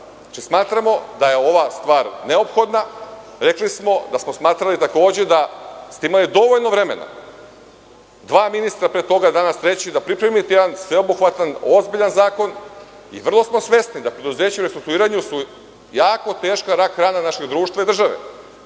Smatramo da je ova stvar neophodna. Rekli smo da smo smatrali da ste imali dovoljno vremena, bilo je dva ministra, a danas treći, da pripremite jedan sveobuhvatan, ozbiljan zakon i vrlo smo svesni da preduzeća u restrukturiranju su jako teška rak-rana našeg društva i